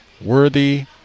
worthy